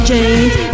James